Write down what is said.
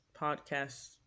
podcasts